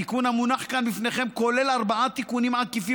התיקון המונח כאן בפניכם כולל ארבעה תיקונים עקיפים